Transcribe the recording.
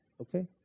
okay